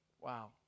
wow